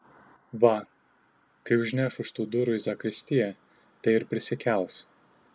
va kai užneš už tų durų į zakristiją tai ir prisikels